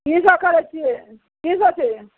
किसब करै छिए किसब छै